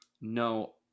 No